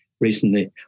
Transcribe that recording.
recently